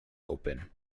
open